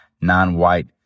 non-white